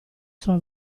sua